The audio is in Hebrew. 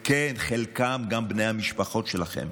כן, חלקם גם בני המשפחות שלכם.